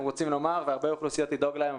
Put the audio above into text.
רוצים לומר והרבה אוכלוסיות לדאוג להן,